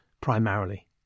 primarily